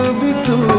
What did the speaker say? victim